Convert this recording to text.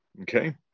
okay